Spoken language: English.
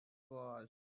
was